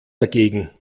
dagegen